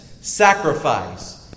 sacrifice